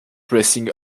pressing